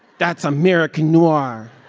that's american noir